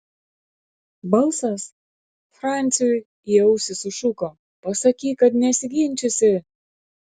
balsas franciui į ausį sušuko pasakyk kad nesiginčysi